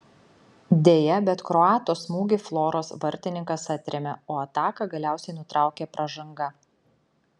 deja bet kroato smūgį floros vartininkas atrėmė o ataką galiausiai nutraukė pražanga